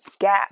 gap